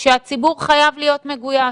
שהציבור חייב להיות מגויס.